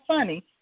funny